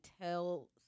tell